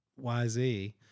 YZ